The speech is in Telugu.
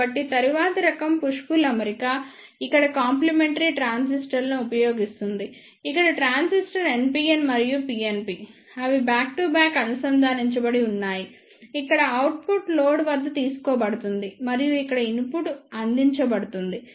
కాబట్టి తరువాతి రకం పుష్ పుల్ అమరిక ఇక్కడ కాంప్లిమెంటరీ ట్రాన్సిస్టర్లను ఉపయోగిస్తోంది ఇక్కడ ట్రాన్సిస్టర్ NPN మరియు PNP అవి బ్యాక్ టు బ్యాక్ అనుసంధానించబడి ఉన్నాయి ఇక్కడ అవుట్పుట్ లోడ్ వద్ద తీసుకోబడుతుంది మరియు ఇక్కడ ఇన్పుట్ అందించబడుతుంది